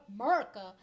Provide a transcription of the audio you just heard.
America